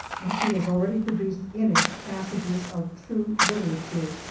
and she has already produced in it passages of true literature,